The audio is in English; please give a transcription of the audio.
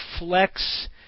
reflects